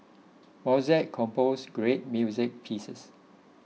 Mozart composed great music pieces